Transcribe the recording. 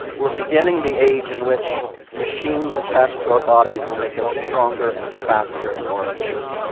we're beginning the age in which machines attached to our bodies will make us stronger and faster and more efficient.